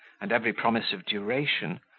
and every promise of duration,